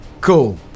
Cool